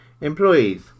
employees